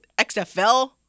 XFL